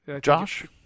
Josh